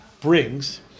brings